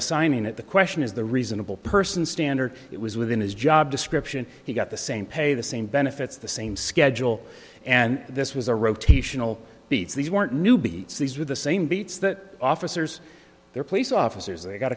assigning it the question is the reasonable person standard it was within his job description he got the same pay the same benefits the same schedule and this was a rotational speeds these weren't new beats these were the same beats that officers their police officers they got